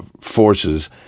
forces